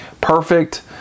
perfect